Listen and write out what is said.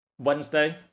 Wednesday